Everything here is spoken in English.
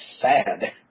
sad